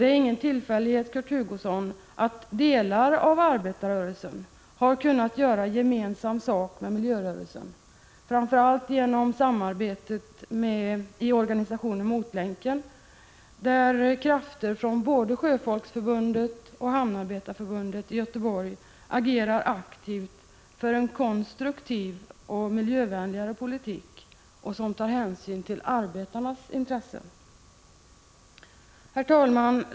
Det är ingen tillfällighet, Kurt Hugosson, att delar av arbetarrörelsen har kunnat göra gemensam sak med miljörörelsen, framför allt genom samarbetet i organisationen Motlänken, där krafter från både Sjöfolksförbundet och Hamnarbetarförbundet i Göteborg agerar aktivt för en konstruktivare och miljövänligare politik, som tar hänsyn till arbetarnas intressen. Herr talman!